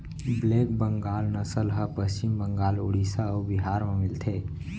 black Bengal नसल ह पस्चिम बंगाल, उड़ीसा अउ बिहार म मिलथे